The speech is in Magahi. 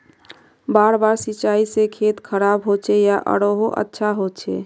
बार बार सिंचाई से खेत खराब होचे या आरोहो अच्छा होचए?